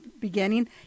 beginning